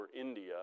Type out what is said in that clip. India